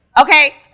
Okay